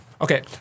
Okay